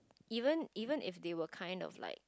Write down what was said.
even even if they were kind of like